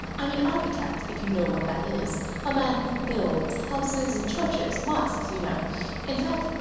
i'm an architect, if you know what that is a man who builds houses and churches mosques, you know in fact,